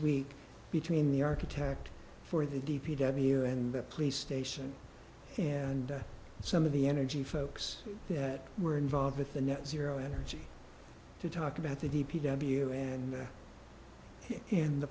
week between the architect for the d p w and play station and some of the energy folks that were involved with the net zero energy to talk about the d p w and in the